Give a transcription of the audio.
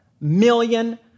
million